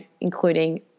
including